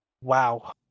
wow